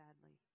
sadly